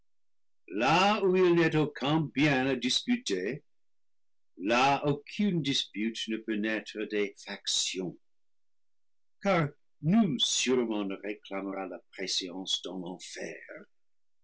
aucun bien à disputer là aucune dispute ne peut naître des factions car nul sûrement ne réclamera la préséance dans l'enfer